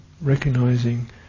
recognizing